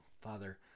Father